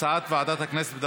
בקשת ועדת הפנים אושרה.